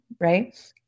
right